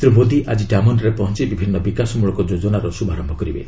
ଶ୍ରୀ ମୋଦି ଆଙ୍କି ଡାମନରେ ପହଞ୍ଚ ବିଭିନ୍ନ ବିକାଶ ମୂଳକ ଯୋଜନାର ଶୁଭାରମ୍ଭ କରିବେ